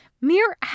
Mere